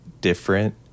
different